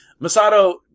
Masato